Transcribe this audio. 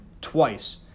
twice